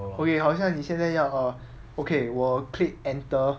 okay 好像你现在要 hor okay 我 click enter